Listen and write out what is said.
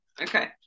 Okay